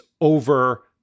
over